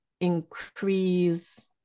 increase